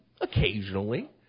occasionally